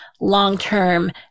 long-term